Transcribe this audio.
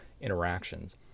interactions